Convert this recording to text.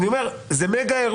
השורה הקטנה הזו היא מגה אירוע.